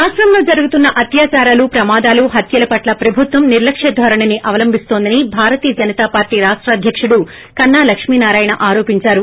రాష్టంలో జరుగుతున్న అత్యాదారాలు ప్రమాదాలు హత్యల పట్ల ప్రభుత్వం నిర్లక్క్య ధోరణిని అవలంచిస్తోందని భారతీయ జనతా పార్టీ రాష్ట అధ్యకుడు కన్నా లక్ష్మీనారాయణ ఆరోపించారు